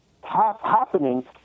happening